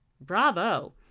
Bravo